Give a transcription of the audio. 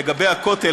לגבי הכותל,